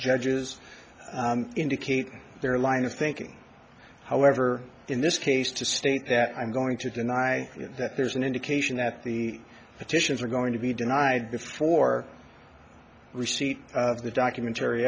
judges indicate their line of thinking however in this case to state that i'm going to deny that there's an indication that the petitions are going to be denied before receipt of the documentary